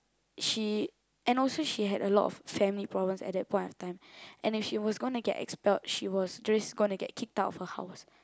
she and also she had a lot of family problems at that point of time and if she was gonna get expelled she was just gonna get kicked out of her house